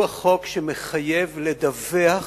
הוא החוק שמחייב לדווח